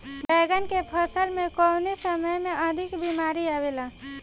बैगन के फसल में कवने समय में अधिक बीमारी आवेला?